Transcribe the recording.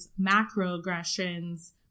macroaggressions